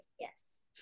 Yes